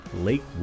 Lake